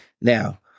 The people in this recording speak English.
Now